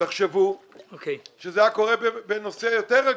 תחשבו שזה היה קורה בנושא יותר רגיש.